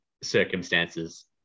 circumstances